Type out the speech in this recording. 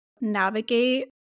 navigate